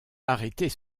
arrêtez